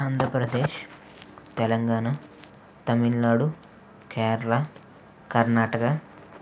Andhra Pradesh Telangana Tamil Nadu Kerala Karnataka